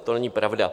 To není pravda.